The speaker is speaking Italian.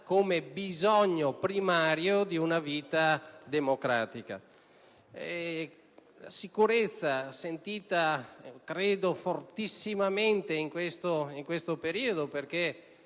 come bisogno primario di una vita democratica. Il tema della sicurezza è sentito, credo, fortissimamente in questo periodo perché